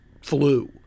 flu